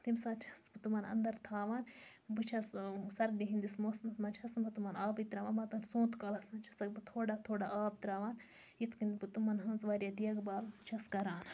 تمہِ ساتہٕ چھَس بہٕ تِمَن اَندَر تھاوان بہٕ چھَس سردی ہٕنٛدِس موسمَس مَنٛز چھَس نہٕ بہٕ تِمَن آبٕے تراوان سونٛتہٕ کالَس مَنٛز چھَسَکھ بہٕ تھوڑا تھوڑا آب تراوان یِتھ کنۍ بہٕ تِمَن ہٕنٛز واریاہ دیکھ بال چھَس کَران